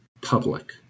public